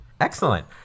excellent